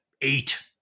eight